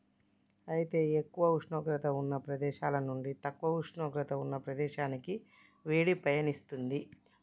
అయితే ఎక్కువ ఉష్ణోగ్రత ఉన్న ప్రదేశాల నుండి తక్కువ ఉష్ణోగ్రత ఉన్న ప్రదేశాలకి వేడి పయనిస్తుంది